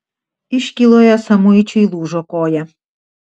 iškyloje samuičiui lūžo koja